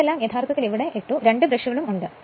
അതിനാൽ ഇതെല്ലാം യഥാർത്ഥത്തിൽ ഇവിടെ ഇട്ടു 2 ബ്രഷുകൾ ഉണ്ട്